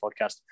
podcast